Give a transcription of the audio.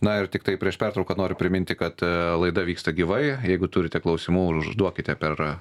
na ir tiktai prieš pertrauką noriu priminti kad laida vyksta gyvai jeigu turite klausimų užduokite per